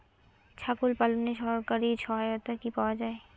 ছাগল পালনে সরকারি সহায়তা কি পাওয়া যায়?